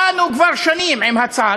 באנו כבר שנים עם הצעה,